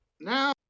Now